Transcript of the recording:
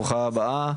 ברוכה הבאה.